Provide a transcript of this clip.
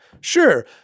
Sure